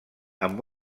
amb